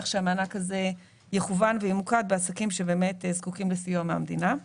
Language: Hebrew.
שהמענק הזה יכוון וימוקד בעסקים שבאמת זקוקים לסיוע מהמדינה.